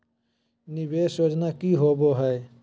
निवेस योजना की होवे है?